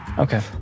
Okay